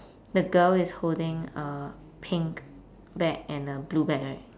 the girl is holding a pink bag and a blue bag right